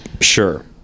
Sure